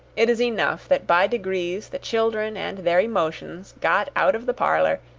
it is enough that by degrees the children and their emotions got out of the parlour,